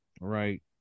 right